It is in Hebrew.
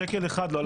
שקל אחד לא לקחנו.